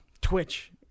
Twitch